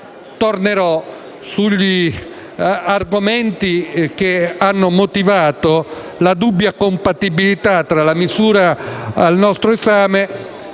tornerò sugli argomenti che evidenziano la dubbia compatibilità tra le misure al nostro esame